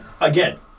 again